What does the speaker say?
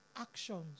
actions